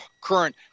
current